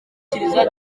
kiliziya